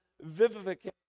vivification